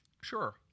sure